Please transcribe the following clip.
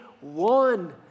one